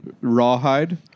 Rawhide